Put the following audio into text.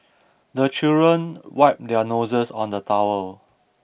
the children wipe their noses on the towel